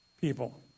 people